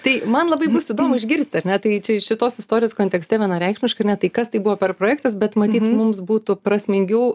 tai man labai bus įdomu išgirsti ar ne tai čia iš šitos istorijos kontekste vienareikšmiškai ar ne tai kas tai buvo per projektas bet matyt mums būtų prasmingiau